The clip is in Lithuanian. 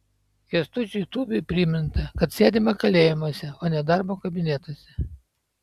kęstučiui tubiui priminta kad sėdima kalėjimuose o ne darbo kabinetuose